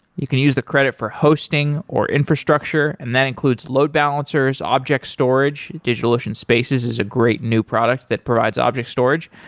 you can use the credit for hosting, or infrastructure, and that includes load balancers, object storage. digitalocean spaces is a great new product that provides object storage,